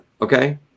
okay